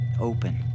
open